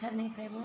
सारनिफ्रायबो